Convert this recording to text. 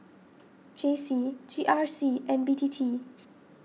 J C G R C and B T T